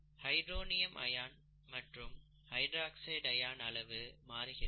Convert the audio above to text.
hydronium ion மற்றும் hydroxide ion அளவும் மாறுகிறது